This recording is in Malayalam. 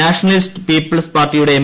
നാഷനലിസ്റ്റ് പീപ്പിൾസ് പാർട്ടിയുടെ എം